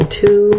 two